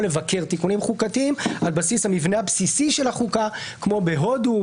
לבקר תיקונים חוקתיים על בסיס המבנה הבסיסי של החוקה כמו בהודו,